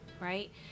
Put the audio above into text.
right